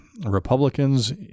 Republicans